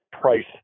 price